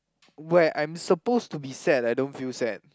where I'm supposed to be sad I don't feel sad